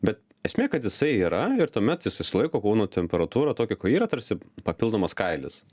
bet esmė kad jisai yra ir tuomet jisai sulaiko kūno temperatūrą tokią kokia yra tarsi papildomas kailis